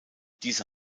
diese